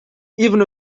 even